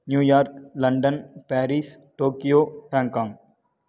New York London Paris Tokyo Hong Kong